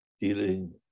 dealing